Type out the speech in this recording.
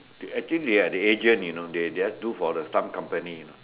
they actually they are the agent you know they they just do for the some company you know